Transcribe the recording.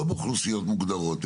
לא באוכלוסיות מוגדרות,